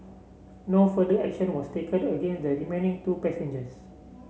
no further action was taken against the remaining two passengers